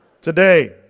Today